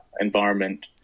environment